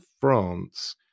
France